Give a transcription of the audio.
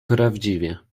prawdziwie